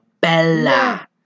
Bella